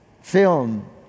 film